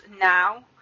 now